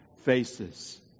faces